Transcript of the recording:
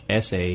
sa